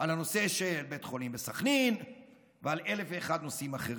על הנושא של בית חולים בסח'נין ועל אלף ואחד נושאים אחרים.